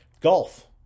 Golf